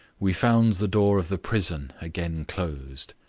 we found the door of the prison again closed.